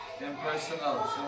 impersonal